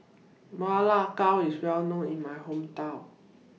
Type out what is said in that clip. Ma Lai Gao IS Well known in My Hometown